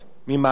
ממעצר,